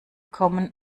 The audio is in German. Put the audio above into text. kommen